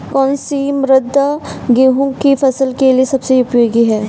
कौन सी मृदा गेहूँ की फसल के लिए सबसे उपयोगी है?